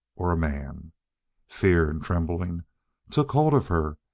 or a man fear and trembling took hold of her,